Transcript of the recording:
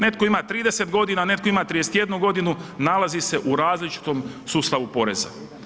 Netko ima 30 godina, netko ima 31 godinu nalazi se u različitom sustavu poreza.